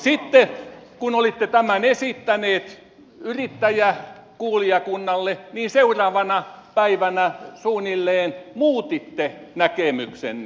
sitten kun olitte tämän esittäneet yrittäjäkuulijakunnalle niin seuraavana päivänä suunnilleen muutitte näkemyksenne